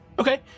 Okay